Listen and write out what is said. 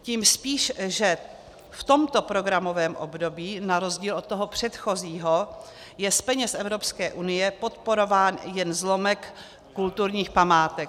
Tím spíše, že v tomto programovém období na rozdíl od předchozího je z peněz Evropské unie podporován jen zlomek kulturních památek.